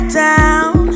down